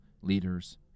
leaders